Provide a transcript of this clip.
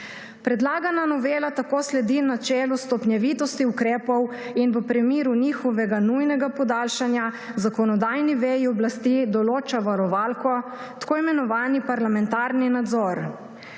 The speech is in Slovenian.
Predlagana novela tako sledi načelu stopnjevitosti ukrepov in v primeru njihovega nujnega podaljšanja zakonodajni veji oblasti določa varovalko, tako imenovani parlamentarni nadzor.